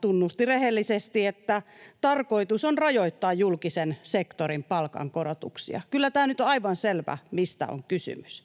tunnusti rehellisesti, että tarkoitus on rajoittaa julkisen sektorin palkankorotuksia. Kyllä tämä nyt on aivan selvä, mistä on kysymys.